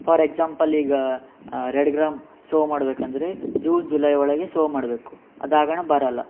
for example ಈಗ red gram sow ಮಾಡಬೇಕಂದ್ರೆ June July ಒಳಗೆ ಸೋ ಮಾಡಬೇಕು ಅದಾಗಣ ಬರಲ್ಲ